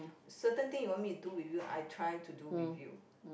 certain thing you want me to do with you I try to do with you